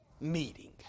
meeting